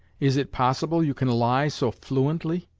is it possible you can lie so fluently?